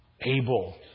able